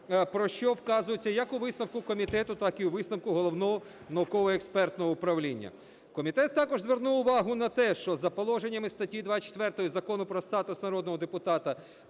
про що вказується як у висновку комітету, так і у висновку Головного науково-експертного управління. Комітет також звернув увагу на те, що за положеннями статті 24 Закону про статус народного депутата